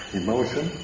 emotion